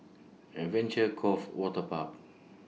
Adventure Cove Waterpark